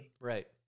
Right